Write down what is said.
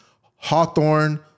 Hawthorne